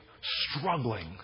struggling